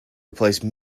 replace